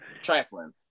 Trifling